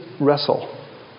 wrestle